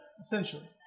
essentially